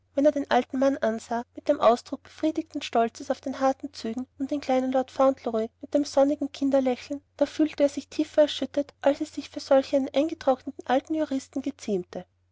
wenn er den alten mann ansah mit dem ausdruck befriedigten stolzes auf den harten zügen und den kleinen lord fauntleroy mit dem sonnigen kinderlächeln da fühlte er sich tiefer erschüttert als es sich für solch einen eingetrockneten alten juristen geziemte